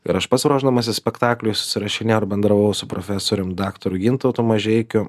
ir aš pats ruošdamasis spektakliui susirašinėjau ir bendravau su profesorium daktaru gintautu mažeikiu